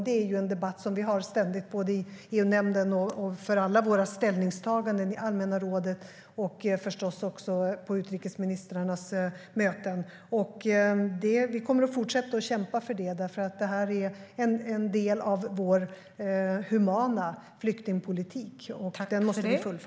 Det är en debatt som vi har ständigt, både i EU-nämnden inför alla våra ställningstaganden i allmänna rådet och på utrikesministrarnas möten. Vi kommer att fortsätta kämpa för detta, för det är en del av vår humana flyktingpolitik, och den måste vi fullfölja.